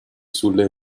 sulle